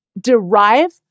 derive